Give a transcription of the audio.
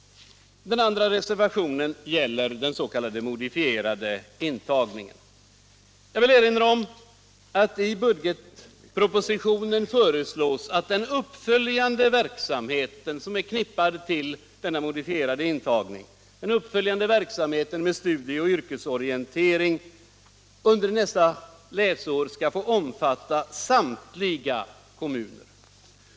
Den andra reservationen gäller den s.k. modifierade intagningen. Jag vill erinra om att det i budgetpropositionen föreslås att den uppföljande verksamhet med studie och yrkesorientering som är förknippad med denna modifierade intagning för nästa läsår skall få omfatta samtliga kommuner.